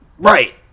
Right